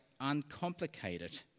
uncomplicated